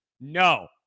no